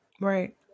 right